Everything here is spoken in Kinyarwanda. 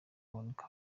kuboneka